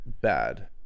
bad